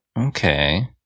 Okay